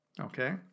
Okay